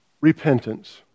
repentance